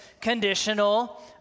conditional